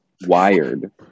wired